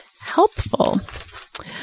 helpful